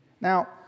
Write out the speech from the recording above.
Now